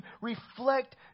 reflect